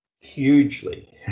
Hugely